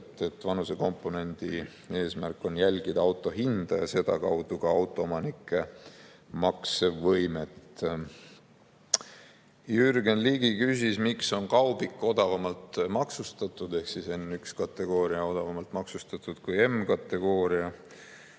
et vanusekomponendi eesmärk on jälgida auto hinda ja sedakaudu ka autoomanike maksevõimet. Jürgen Ligi küsis, miks on kaubik odavamalt maksustatud ehk N1‑kategooria on odavamalt maksustatud kui M‑kategooria.